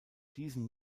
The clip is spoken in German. diesem